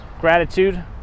gratitude